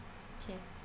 okay